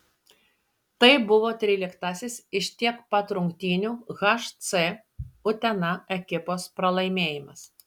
tai buvo tryliktasis iš tiek pat rungtynių hc utena ekipos pralaimėjimas